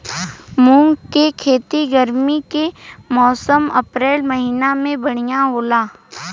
मुंग के खेती गर्मी के मौसम अप्रैल महीना में बढ़ियां होला?